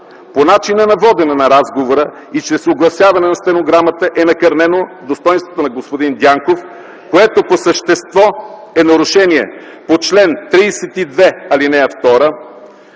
По начина на водене на разговора и чрез огласяване на стенограмата е накърнено достойнството на господин Дянков, което по същество е нарушение по чл. 32, ал. 2,